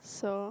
so